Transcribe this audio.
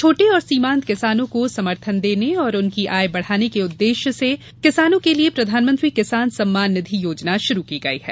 छोटे और सीमांत किसानों को समर्थन देने और उनकी आय बढ़ाने के उद्देश्य से किसानों के लिए प्रधानमंत्री किसान सम्मान निधि योजना शुरू की गई है